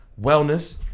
wellness